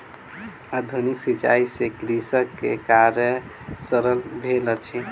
आधुनिक सिचाई से कृषक के कार्य सरल भेल अछि